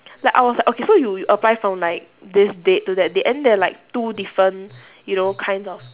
like I was like okay so you apply from like this date to that date and then there are like two different you know kinds of